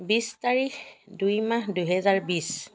বিছ তাৰিখ দুই মাহ দুহেজাৰ বিছ